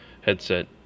headset